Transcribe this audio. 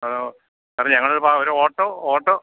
hello സാറെ ഞാനൊരു പാവം ഒരോട്ടൊ ഓട്ടൊ